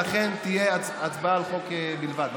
ולכן תהיה הצבעה על החוק בלבד.